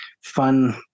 fun